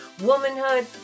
womanhood